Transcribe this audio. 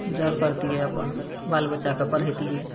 गुजर करतियै अपन बाल बच्चाके पढ़ैतियै